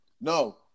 No